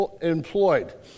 employed